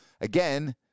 Again